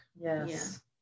Yes